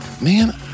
Man